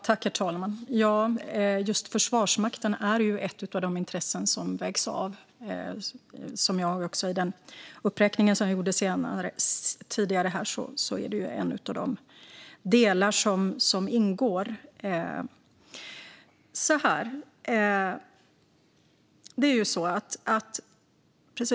Herr talman! Just Försvarsmakten är ett av de intressen som vägs av. Som jag sa tidigare vid den uppräkning som jag gjorde är det en av de delar som ingår.